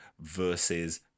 versus